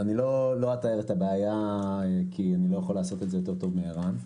אני לא אתאר את הבעיה כי אני לא יכול לעשות זאת יותר טוב מערן.